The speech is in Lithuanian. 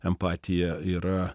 empatija yra